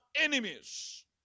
enemies